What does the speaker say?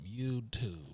YouTube